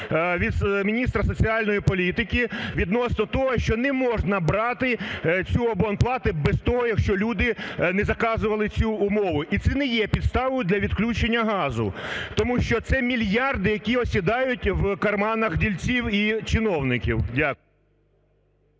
від міністра соціальної політики відносно того, що не можна брати цю абонплату без того, якщо люди не заказували цю умови. І це не є підставою для відключення газу, тому що це мільярди, які осідають в кишенях в дільців і чиновників. Дякую.